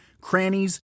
crannies